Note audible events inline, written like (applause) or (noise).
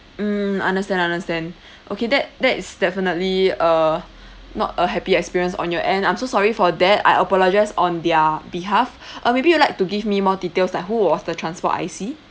mm understand understand (breath) okay that that is definitely uh not a happy experience on your end I'm so sorry for that I apologise on their behalf (breath) uh maybe you'd like to give me more details like who was the transport I_C